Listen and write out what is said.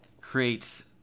creates